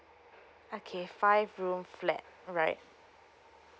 okay five room flat alright